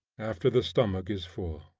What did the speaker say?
after the stomach is full.